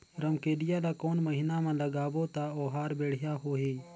रमकेलिया ला कोन महीना मा लगाबो ता ओहार बेडिया होही?